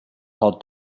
thought